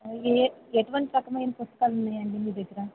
అ ఏ ఎటువంటి రకమైన పుస్తకాలు ఉన్నాయండి మీ దగ్గర